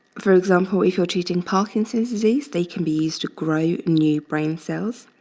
for example, if you're treating parkinson's disease, they can be used to grow new brain cells.